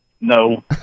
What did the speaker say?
No